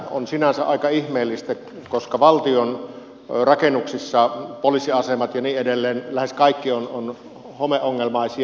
on sinänsä aika ihmeellistä koska valtion rakennuksista poliisiasemat ja niin edelleen lähes kaikki ovat homeongelmaisia